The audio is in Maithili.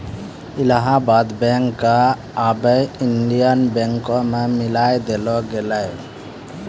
इलाहाबाद बैंक क आबै इंडियन बैंको मे मिलाय देलो गेलै